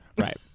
right